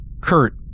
Kurt